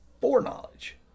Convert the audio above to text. foreknowledge